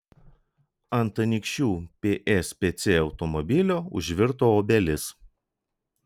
ant anykščių pspc automobilio užvirto obelis